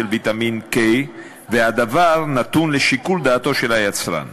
ויטמין K והדבר נתון לשיקול דעתו של היצרן.